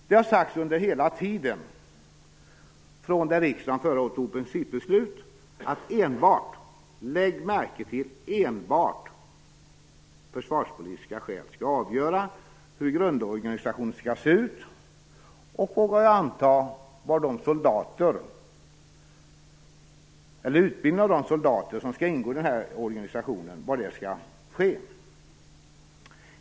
Det har sagts hela tiden, från det att riksdagen förra året fattade principbeslutet, att enbart, lägg märke till enbart, försvarspolitiska skäl skall avgöra hur grundorganisationen skall se ut och, får man anta, var utbildning av de soldater som skall ingå i organisationen skall ske.